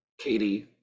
katie